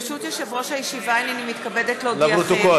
ברשות יושב-ראש הישיבה, הנני מתכבדת להודיעכם,